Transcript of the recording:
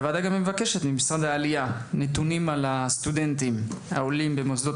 הוועדה מבקשת ממשרד העלייה נתונים על הסטודנטים העולים מהמוסדות